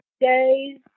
days